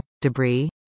debris